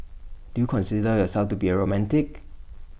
do you consider yourself to be A romantic